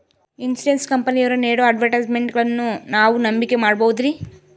Insurance ಕಂಪನಿಯವರು ನೇಡೋ ಅಡ್ವರ್ಟೈಸ್ಮೆಂಟ್ಗಳನ್ನು ನಾವು ನಂಬಿಕೆ ಮಾಡಬಹುದ್ರಿ?